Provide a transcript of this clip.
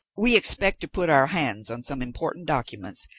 we expect to put our hands on some important documents,